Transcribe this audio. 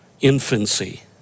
infancy